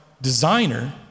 designer